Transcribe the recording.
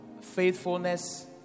faithfulness